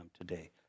today